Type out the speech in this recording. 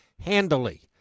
handily